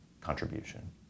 contribution